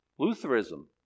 Lutheranism